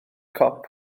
cop